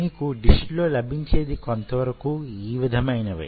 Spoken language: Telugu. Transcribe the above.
మీకు డిష్ లో లభించేది కొంతవరకు యీ విధమైనవే